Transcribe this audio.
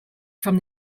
from